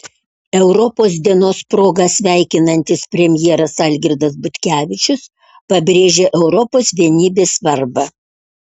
europos dienos proga sveikinantis premjeras algirdas butkevičius pabrėžia europos vienybės svarbą